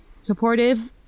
supportive